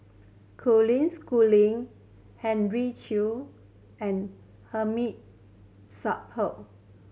Colin Schooling Henry Chia and Hamid Supaat